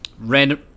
random